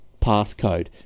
passcode